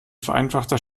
vereinfachter